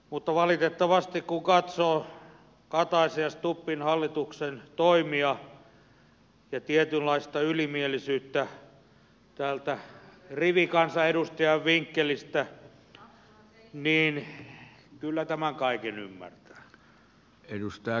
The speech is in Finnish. mutta valitettavasti kun katsoo kataisen ja stubbin hallituksen toimia ja tietynlaista ylimielisyyttä täältä rivikansanedustajan vinkkelistä niin kyllä tämän kaiken ymmärtää